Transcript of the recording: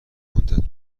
مدت